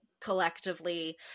collectively